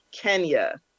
Kenya